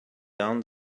down